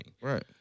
Right